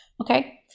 Okay